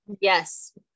Yes